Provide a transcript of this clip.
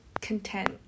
content